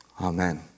Amen